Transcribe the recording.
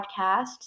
podcasts